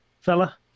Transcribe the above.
fella